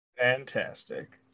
Fantastic